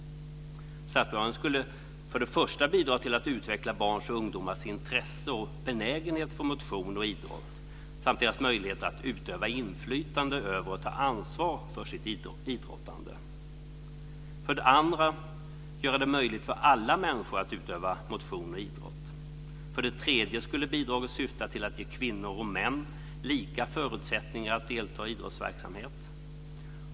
Statsbidragen skulle för det första bidra till att utveckla barns och ungdomars intresse och benägenhet för motion och idrott samt deras möjlighet att utöva inflytande över och ta ansvar för sitt idrottande. För det andra skulle de göra det möjligt för alla människor att utöva motion och idrott. För det tredje skulle bidragen syfta till att ge kvinnor och män lika förutsättningar att delta i idrottsverksamhet.